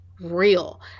real